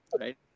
right